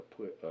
put